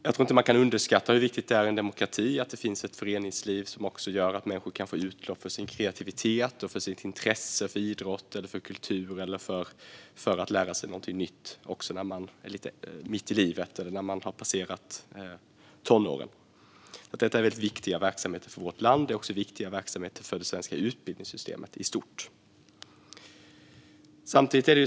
Jag tror inte att man kan överskatta hur viktigt det är i en demokrati att det finns ett föreningsliv som gör att människor kan få utlopp för sin kreativitet och sitt intresse för idrott eller kultur eller för att lära sig något nytt också mitt i livet eller när man har passerat tonåren. Det här är viktiga verksamheter för vårt land och för det svenska utbildningssystemet i stort. Fru talman!